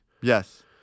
Yes